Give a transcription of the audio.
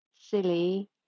silly